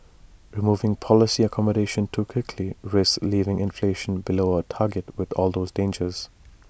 removing policy accommodation too quickly risks leaving inflation below our target with all those dangers